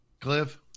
Cliff